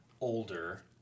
older